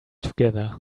together